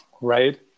Right